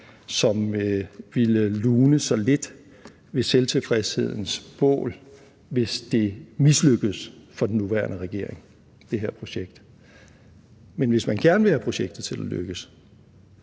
som ville lune sig lidt ved selvtilfredshedens bål, hvis det mislykkedes for den nuværende regering, altså det her projekt. Men hvis man gerne vil have projektet til at lykkes,